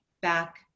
back